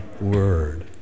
word